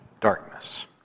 darkness